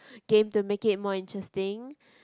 game to make it more interesting